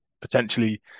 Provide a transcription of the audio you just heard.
potentially